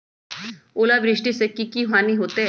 ओलावृष्टि से की की हानि होतै?